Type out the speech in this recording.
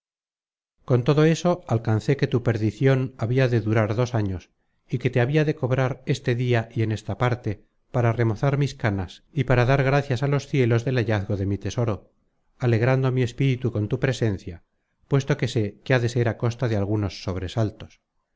con todo eso alcancé que tu perdicion habia de durar dos años y que te habia de cobrar este dia y en esta parte para remozar mis canas y para dar gracias a los cielos del hallazgo de mi tesoro alegrando mi espíritu con tu presencia puesto que sé que ha de ser á costa de algunos sobresaltos